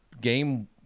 game